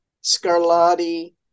Scarlatti